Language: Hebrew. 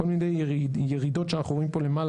כל מיני ירידות שאנחנו רואים פה למעלה